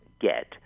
get